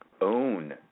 own